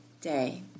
day